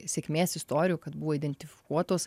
sėkmės istorijų kad buvo identifikuotos